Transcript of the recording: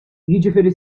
jiġifieri